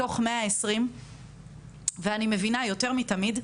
מתוך 120 ואני מבינה יותר מתמיד,